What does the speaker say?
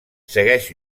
segueix